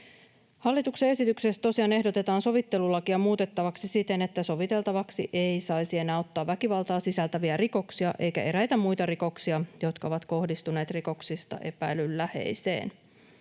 Hallituksen esityksessä tosiaan ehdotetaan sovittelulakia muutettavaksi siten, että soviteltavaksi ei saisi enää ottaa väkivaltaa sisältäviä rikoksia eikä eräitä muita rikoksia, jotka ovat kohdistuneet rikoksista epäillyn läheiseen.